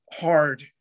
hard